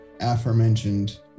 aforementioned